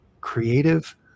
creative